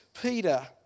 Peter